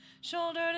shoulder